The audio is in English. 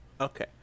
Okay